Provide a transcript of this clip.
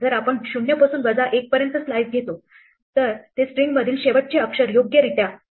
जर आपण 0 पासून वजा 1 पर्यंत स्लाइस घेऊ तर ते स्ट्रिंगमधील शेवटचे अक्षर योग्यरित्या वगळेल